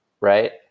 right